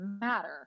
matter